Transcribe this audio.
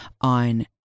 on